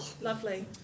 Lovely